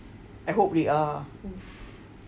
I hope they are two